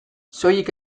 soilik